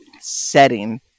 setting